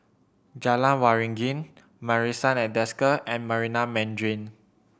Jalan Waringin Marrison at Desker and Marina Mandarin